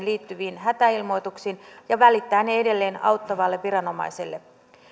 liittyviin hätäilmoituksiin ja välittää ne edelleen auttavalle viranomaiselle